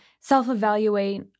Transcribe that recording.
self-evaluate